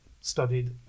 studied